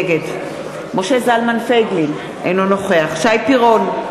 נגד משה זלמן פייגלין, אינו נוכח שי פירון,